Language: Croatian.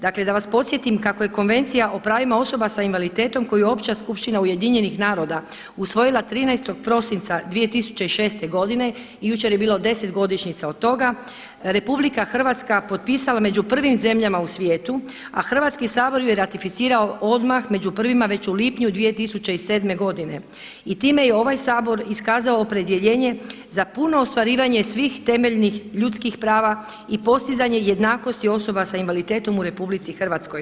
Dakle da vas podsjetim kako je Konvencija o pravima osoba sa invaliditetom koju je Opća skupština Ujedinjenih naroda usvojila 13 prosinca 2006. godine i jučer je bila 10-godišnjica od toga RH potpisala među prvim zemljama u svijetu a Hrvatski sabor ju je ratificirao odmah među prvima već u lipnju 2007. godine i time je ovaj Sabor iskazao opredjeljenje za puno ostvarivanje svih temeljnih ljudskih prava i postizanje jednakosti osoba sa invaliditetom u RH.